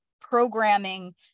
programming